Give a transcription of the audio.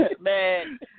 Man